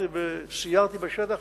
סיירתי בשטח,